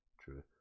True